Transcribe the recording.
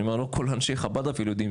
אני אומר לא כל אנשי חב"ד אפילו יודעים